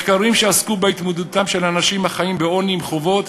מחקרים שעסקו בהתמודדותם של אנשים החיים בעוני עם חובות